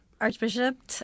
Archbishop